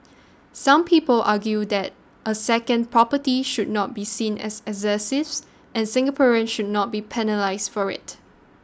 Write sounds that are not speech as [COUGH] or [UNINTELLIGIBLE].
some people argue that a second property should not be seen as [UNINTELLIGIBLE] and Singaporeans should not be penalised for it